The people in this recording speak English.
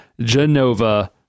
Genova